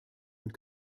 und